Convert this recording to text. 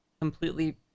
completely